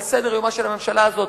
על סדר-יומה של הממשלה הזאת.